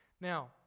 Now